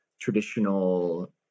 traditional